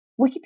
Wikipedia